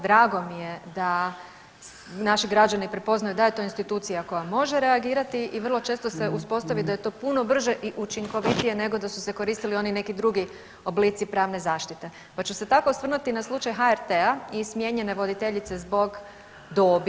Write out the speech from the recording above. Drago mi je da naši građani prepoznaju da je to institucija koja može reagirati i vrlo često se uspostavi da je to puno brže i učinkovitiji nego da su se koristili oni neki drugi oblici pravne zaštite, pa ću se tako osvrnuti na slučaj HRT-a i smijenjene voditeljice zbog dobi.